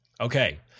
Okay